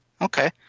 Okay